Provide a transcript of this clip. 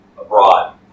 abroad